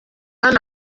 hano